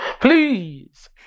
Please